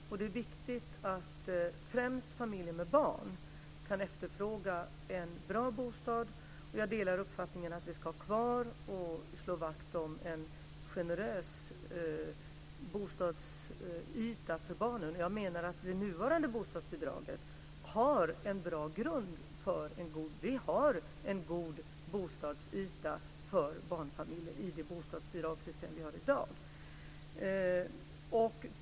Det är också viktigt att främst familjer med barn kan efterfråga en bra bostad, och jag delar uppfattningen att vi ska ha kvar och slå vakt om en generös bostadsyta för barnen. Jag menar att det nuvarande bostadsbidraget är en bra grund; vi har en god bostadsyta för barnfamiljer i det bostadsbidragssystem vi har i dag.